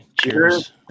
Cheers